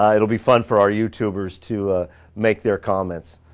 ah it'll be fun for our youtube offers to make their comments.